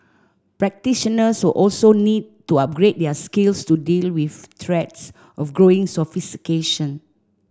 practitioners will also need to upgrade their skills to deal with threats of growing sophistication